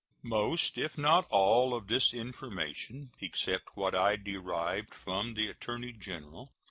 most, if not all, of this information, except what i derived from the attorney-general,